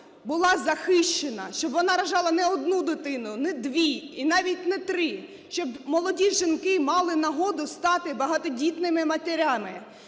була захищена, щоб вона рожала не одну дитину, не дві, і навіть не три, щоб молоді жінки мали нагоду стати багатодітними матерями,